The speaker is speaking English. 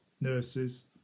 nurses